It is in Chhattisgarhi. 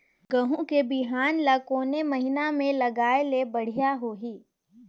गहूं के बिहान ल कोने महीना म लगाय ले बढ़िया होही?